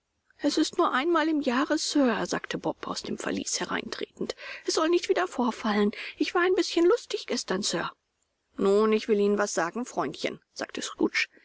es ist nur einmal im jahre sir sagte bob aus dem verließ hereintretend es soll nicht wieder vorfallen ich war ein bißchen lustig gestern sir nun ich will ihnen was sagen freundchen sagte